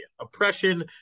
Oppression